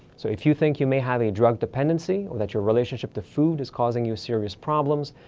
so if you think you may have a drug dependency, or that your relationship to food is causing you serious problems,